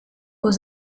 aux